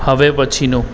હવે પછીનું